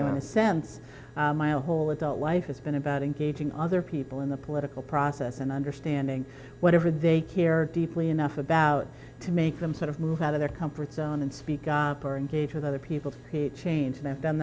know in a sense while whole adult life has been about engaging other people in the political process and understanding whatever they care deeply enough about to make them sort of move out of their comfort zone and speak or engage with other people to create change and i've done